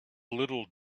little